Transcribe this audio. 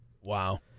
Wow